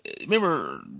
remember